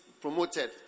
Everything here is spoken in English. Promoted